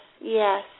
yes